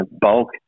bulk